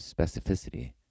specificity